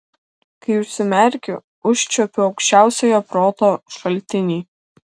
kai užsimerkiu užčiuopiu aukščiausiojo proto šaltinį